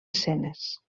escenes